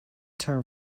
term